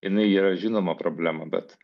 jinai yra žinoma problema bet